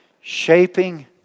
shaping